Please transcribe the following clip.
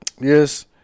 yes